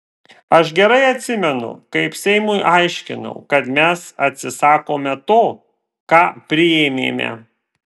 aš gerai atsimenu kaip seimui aiškinau kad mes atsisakome to ką priėmėme